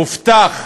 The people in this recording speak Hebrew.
הובטח,